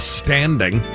standing